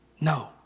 No